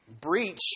Breach